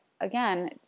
again